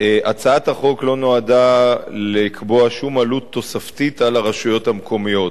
הצעת החוק לא נועדה לקבוע שום עלות תוספתית על הרשויות המקומיות,